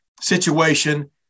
situation